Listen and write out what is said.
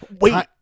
Wait